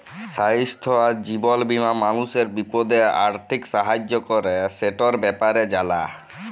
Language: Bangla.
স্বাইস্থ্য আর জীবল বীমা মালুসের বিপদে আথ্থিক সাহায্য ক্যরে, সেটর ব্যাপারে জালা